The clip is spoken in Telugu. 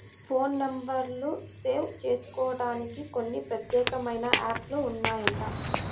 ఫోన్ నెంబర్లు సేవ్ జేసుకోడానికి కొన్ని ప్రత్యేకమైన యాప్ లు ఉన్నాయంట